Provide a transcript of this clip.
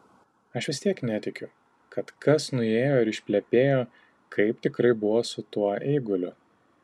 aš vis tiek netikiu kad kas nuėjo ir išplepėjo kaip tikrai buvo su tuo eiguliu